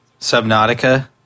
Subnautica